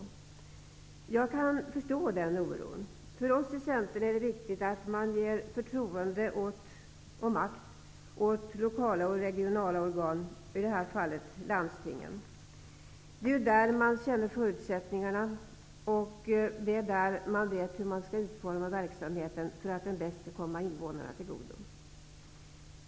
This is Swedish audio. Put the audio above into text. Jag kan förstå den oron. För oss i Centern är det viktigt att man ger förtroende och makt åt lokala och regionala organ, i det här fallet landstingen. Det är ju där som man känner förutsättningarna, och det är där som man vet hur man skall utforma verksamheten för att den bäst skall komma invånarna till godo.